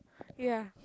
ya